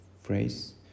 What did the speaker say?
phrase